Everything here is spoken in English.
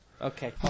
Okay